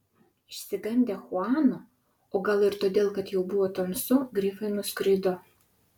išsigandę chuano o gal ir todėl kad jau buvo tamsu grifai nuskrido